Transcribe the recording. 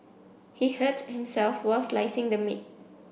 he hurt himself while slicing the meat